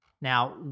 Now